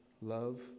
love